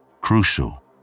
Crucial